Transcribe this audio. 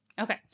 Okay